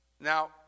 Now